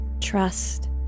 Trust